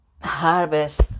harvest